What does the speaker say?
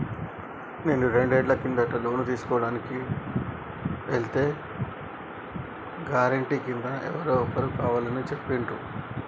నేను రెండేళ్ల కిందట లోను తీసుకోడానికి ఎల్తే గారెంటీ కింద ఎవరో ఒకరు కావాలని చెప్పిండ్రు